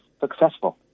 successful